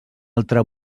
altra